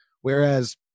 whereas